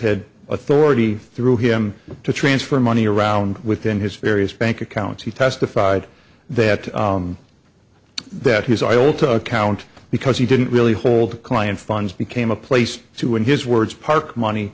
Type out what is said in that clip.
had authority through him to transfer money around within his various bank accounts he testified that that he's all to account because he didn't really hold the client funds became a place to in his words park money